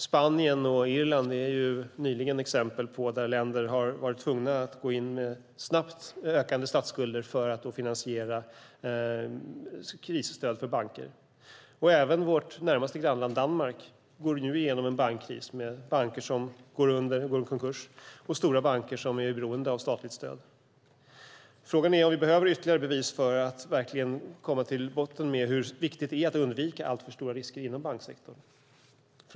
Spanien och Irland är exempel där länder har varit tvungna att gå in med snabbt ökande statsskulder för att finansiera krisstöd för banker. Även vårt närmaste grannland Danmark går nu igenom en bankkris med banker som går under och går i konkurs och stora banker som är beroende av statligt stöd. Frågan är om vi behöver ytterligare bevis för att verkligen komma till insikt om hur viktigt det är att undvika alltför stora risker inom banksektorn.